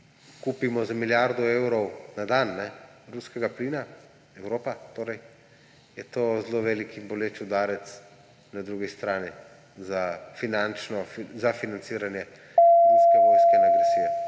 kupimo za milijardo evrov na dan ruskega plina, Evropa torej, je to zelo velik in boleč udarec na drugi strani za financiranje ruske vojske in agresije.